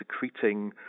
secreting